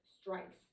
strikes